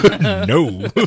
no